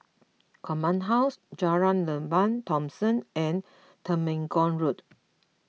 Command House Jalan Lembah Thomson and Temenggong Road